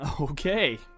Okay